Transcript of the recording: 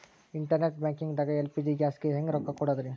Internet banking ದಾಗ LPG ಗ್ಯಾಸ್ಗೆ ಹೆಂಗ್ ರೊಕ್ಕ ಕೊಡದ್ರಿ?